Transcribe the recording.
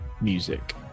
music